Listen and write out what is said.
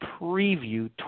Preview